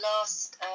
last